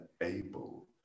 able